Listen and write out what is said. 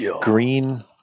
green